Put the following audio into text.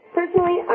Personally